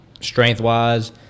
strength-wise